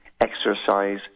exercise